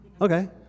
okay